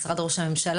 משרד ראש הממשלה,